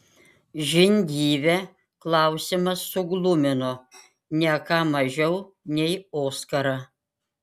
žindyvę klausimas suglumino ne ką mažiau nei oskarą